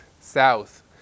south